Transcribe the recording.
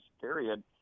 period